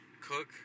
cook